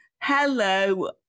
hello